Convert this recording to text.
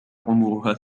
عمرها